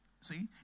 See